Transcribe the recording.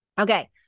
Okay